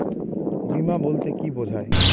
বিমা বলতে কি বোঝায়?